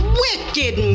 wicked